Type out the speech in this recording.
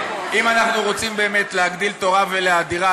אם אנחנו רוצים באמת להגדיל תורה ולהאדירה,